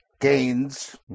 gains